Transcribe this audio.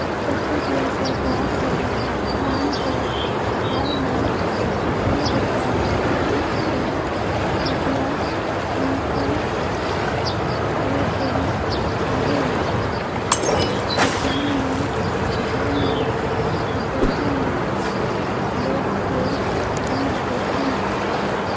छत्तीसगढ़ सरकार ह धान कर भाव ल दुई हजार पाच सव रूपिया कुटल कइर देहिस अहे किसान मन धान ल सुसइटी मे लेइजके बेच देथे